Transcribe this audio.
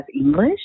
English